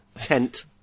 tent